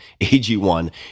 AG1